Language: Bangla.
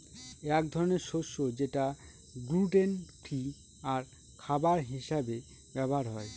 এক ধরনের শস্য যেটা গ্লুটেন ফ্রি আর খাবার হিসাবে ব্যবহার হয়